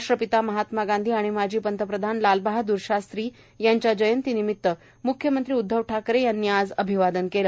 राष्ट्रपिता महात्मा गांधी आणि माजी पंतप्रधान लालबहाद्र शास्त्री यांना जंयतीनिमित्त म्ख्यमंत्री उद्धव ठाकरे यांनी आज अभिवादन केले